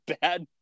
bad